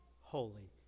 holy